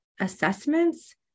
assessments